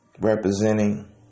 representing